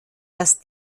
das